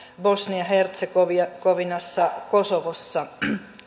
bosnia hertsegovinassa kosovossa